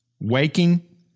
waking